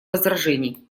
возражений